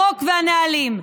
החוק והנהלים.